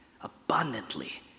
abundantly